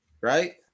right